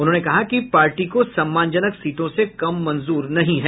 उन्होंने कहा कि पार्टी को सम्मानजनक सीटों से कम मंजूर नहीं है